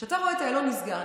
אתה רואה את איילון נסגר,